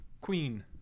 queen